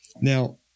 Now